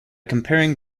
comparing